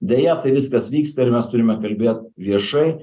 deja tai viskas vyksta ir mes turime kalbėt viešai